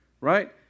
Right